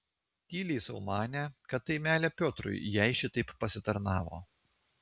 tyliai sau manė kad tai meilė piotrui jai šitaip pasitarnavo